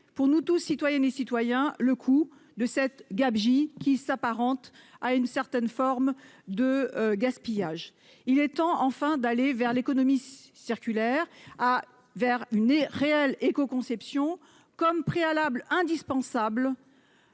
pour nous tous, citoyennes et citoyens, car cette gabegie s'apparente à une certaine forme de gaspillage. Il est temps, enfin, d'aller vers l'économie circulaire et vers une réelle écoconception comme préalable indispensable